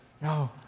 No